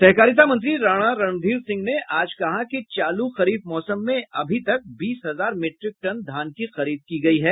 सहकारिता मंत्री राणा रणधीर सिंह ने आज कहा कि चालू खरीफ मौसम में अभी तक बीस हजार मीट्रिक टन धान की खरीद की गयी है